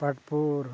Patpur